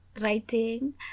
writing